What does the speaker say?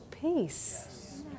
peace